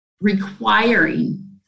requiring